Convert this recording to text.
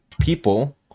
people